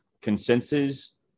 consensus